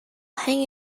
hang